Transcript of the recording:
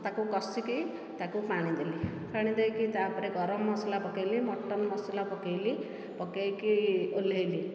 ତାକୁ କଷିକି ତାକୁ ପାଣି ଦେଲି ପାଣି ଦେଇକି ତା ପରେ ଗରମ ମସଲା ପକାଇଲି ମଟନ ମସଲା ପକାଇଲି ପକାଇକି ଓହ୍ଲାଇଲି